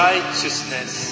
Righteousness